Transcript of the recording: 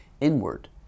inward